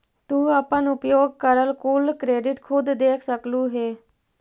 तू अपन उपयोग करल कुल क्रेडिट खुद देख सकलू हे